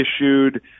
issued